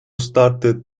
started